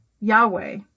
Yahweh